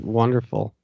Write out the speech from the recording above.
wonderful